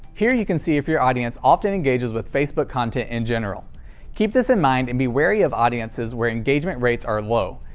here you can see if your audience often engages with fb content in general keep this in mind and be wary of audiences where engagement rates are low,